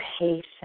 patient